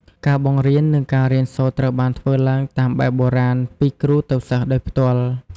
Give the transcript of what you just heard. ការបង្រៀននិងការរៀនសូត្រត្រូវបានធ្វើឡើងតាមបែបបុរាណពីគ្រូទៅសិស្សដោយផ្ទាល់។